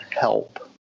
help